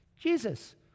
Jesus